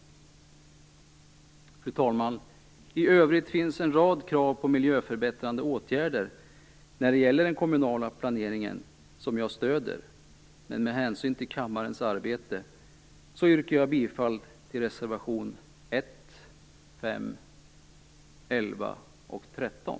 Fru talman! I övrigt finns en rad krav på miljöförbättrande åtgärder när det gäller den kommunala planeringen som jag stöder. Men med hänsyn till kammarens arbete yrkar jag endast bifall till reservationerna 1, 5, 11 och 13.